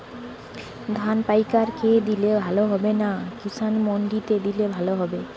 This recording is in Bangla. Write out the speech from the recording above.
ধান পাইকার কে দিলে ভালো হবে না কিষান মন্ডিতে দিলে ভালো হবে?